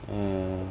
err